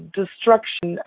destruction